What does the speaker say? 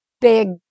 big